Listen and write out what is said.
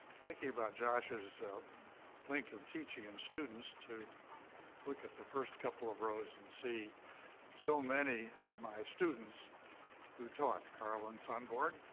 thinking about josh's link of teaching and students, to look at the first couple of rows and see so many of my students who taught, carlyn sundborg,